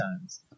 times